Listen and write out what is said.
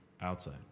Outside